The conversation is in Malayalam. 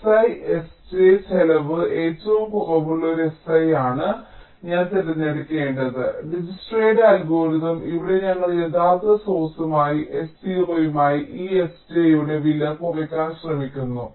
SI s j ചെലവ് ഏറ്റവും കുറവുള്ള ആ si ആണ് ഞാൻ തിരഞ്ഞെടുക്കേണ്ടത് ദിജ്ക്സ്ട്രയുടെ അൽഗോരിതം ഇവിടെ ഞങ്ങൾ യഥാർത്ഥ സോഴ്സ്സായ s0 മായി ഈ sj യുടെ വില കുറയ്ക്കാൻ ശ്രമിക്കുന്നു